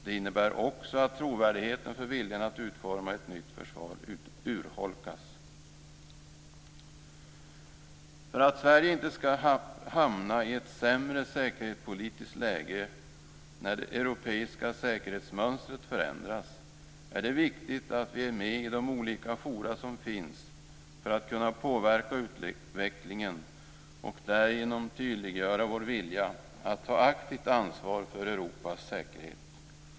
Det innebär också att trovärdigheten för viljan att utforma ett nytt försvar urholkas. För att Sverige inte skall hamna i ett sämre säkerhetspolitiskt läge när det europeiska säkerhetsmönstret förändras, är det viktigt att vi är med i de olika forum som finns för att kunna påverka utvecklingen och därigenom tydliggöra vår vilja att ta aktivt ansvar för Europas säkerhet.